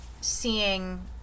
seeing